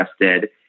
interested